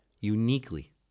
uniquely